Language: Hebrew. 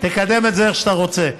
תקדם את זה איך שאתה רוצה.